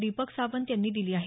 दीपक सावंत यांनी दिली आहे